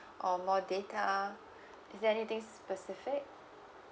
or more data is there anything specific